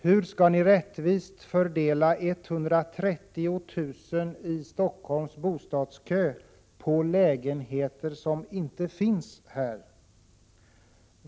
Hur skall ni rättvist fördela lägenheter som inte finns i Stockholm till de 130 000 som står i bostadskön?